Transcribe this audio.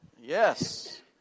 Yes